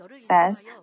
says